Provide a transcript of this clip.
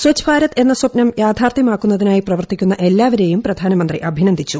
സ്വച്ച് ഭാരത് എന്ന സ്വപ്നം യാഥാർത്ഥ്യമാക്കുന്നതിനായി പ്രവർത്തിക്കുന്ന എല്ലാവരെയും പ്രധാനമന്ത്രി അഭിനന്ദിച്ചു